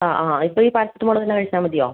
ആ ആ ഇപ്പം ഈ പാരസെറ്റമോള് തന്നെ കഴിച്ചാൽ മതിയോ